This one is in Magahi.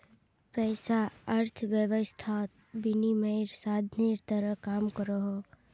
पैसा अर्थवैवस्थात विनिमयेर साधानेर तरह काम करोहो